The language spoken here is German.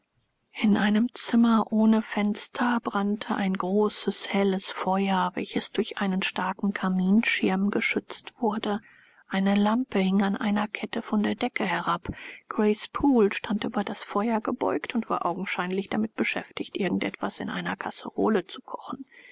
in einem zimmer ohne fenster brannte ein großes helles feuer welches durch einen starken kaminschirm geschützt wurde eine lampe hing an einer kette von der decke herab grace poole stand über das feuer gebeugt und war augenscheinlich damit beschäftigt irgend etwas in einer kasserole zu kochen